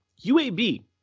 UAB